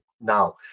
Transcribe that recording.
now